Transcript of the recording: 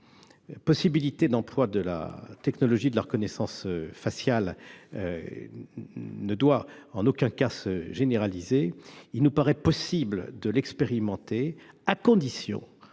possibilité d'emploi de la technologie de la reconnaissance faciale ne doit en aucun cas se généraliser, il nous paraît possible de l'expérimenter, à condition